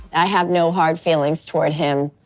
i have no hard feelings toward him,